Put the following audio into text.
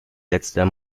letzter